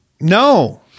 No